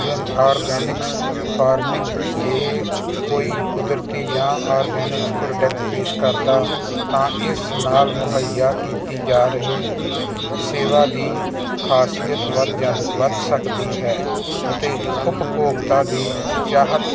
gun organics farming ਜੇ ਕੋਈ ਕੁਦਰਤੀ ਜਾਂ ਆਰਗੈਨਿਕਸ ਪ੍ਰੋਡਕਟ ਪੇਸ਼ ਕਰਦਾ ਤਾਂ ਇਸ ਨਾਲ ਮੁਹੱਈਆ ਕੀਤੀ ਜਾ ਰਹੀ ਸੇਵਾ ਦੀ ਖਾਸੀਅਤ ਵੱਧ ਜਾਣ ਵੱਧ ਸਕਦੀ ਹੈ ਅਤੇ ਉਪਭੋਗਤਾ ਦੀ ਚਾਹਤ